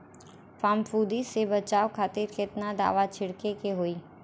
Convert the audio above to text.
फाफूंदी से बचाव खातिर केतना दावा छीड़के के होई?